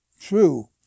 true